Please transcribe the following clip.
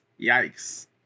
Yikes